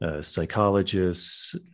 psychologists